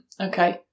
Okay